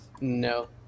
No